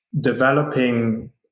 developing